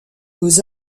beaux